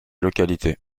localités